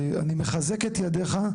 אני מחזק את ידיך,